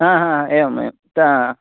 हा हा हा एवम् एवं अत्र